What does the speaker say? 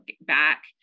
back